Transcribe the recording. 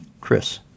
Chris